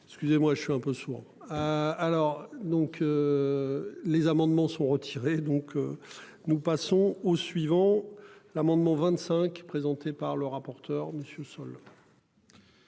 Excusez-moi, je suis un peu souvent. Alors donc. Les amendements sont retirés donc. Nous passons au suivant l'amendement. Présenté par le rapporteur Monsieur